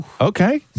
Okay